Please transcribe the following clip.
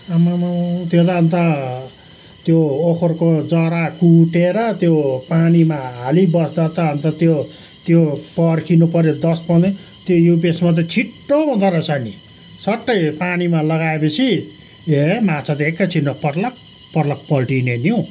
आम्मम त्यो त अन्त त्यो ओखरको जरा कुटेर त्यो पानीमा हालिबस्दा त अन्त त्यो त्यो पर्खिनुपऱ्यो दस पन्ध्र त्यो युपिएसमा त छिट्टो हुँदोरहेछ नि सट्टै पानीमा लगाएपछि ए माछा त एकैछिनमा पर्लकपर्लक पल्टिने नि हौ